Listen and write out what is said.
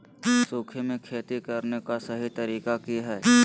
सूखे में खेती करने का सही तरीका की हैय?